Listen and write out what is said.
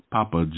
Papa